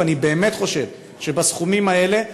ואני באמת חושב שבסכומים האלה,